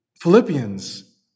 Philippians